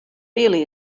really